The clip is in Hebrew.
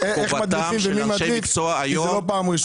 אם לא אז לא.